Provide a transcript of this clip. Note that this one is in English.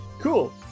Cool